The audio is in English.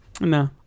No